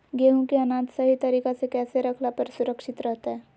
गेहूं के अनाज सही तरीका से कैसे रखला पर सुरक्षित रहतय?